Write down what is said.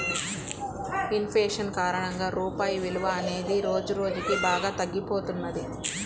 in fashion కారణంగా రూపాయి విలువ అనేది రోజురోజుకీ బాగా తగ్గిపోతున్నది